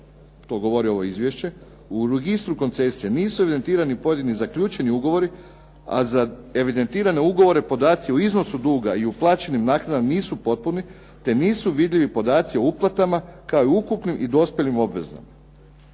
to govori ovo izvješću, "U Registru koncesije nisu evidentirani pojedini zaključeni ugovori a za evidentirane ugovore podaci u iznosu duga i uplaćenim naknadama nisu potpuni te nisu vidljivi podaci o uplatama kao i ukupnim i dospjelim obvezama.".